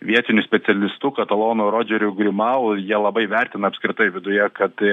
vietiniu specialistu katalonu rodžeriu grimau jie labai vertina apskritai viduje kad